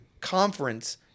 conference